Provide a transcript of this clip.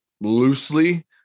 loosely